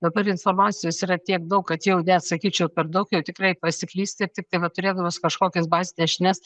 dabar informacijos yra tiek daug kad jau net sakyčiau per daug jau tikrai pasiklysti ir tiktai va turėdamas kažkokias bazines žinias